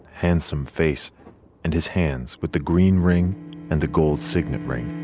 handsome face and his hands with the green ring and the gold signet ring.